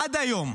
עד היום,